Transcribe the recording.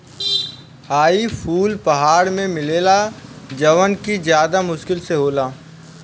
हई फूल पहाड़ में मिलेला जवन कि ज्यदा मुश्किल से होला